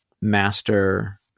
master